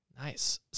Nice